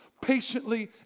Patiently